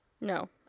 No